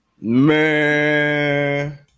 man